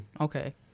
Okay